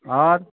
आओर